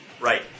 Right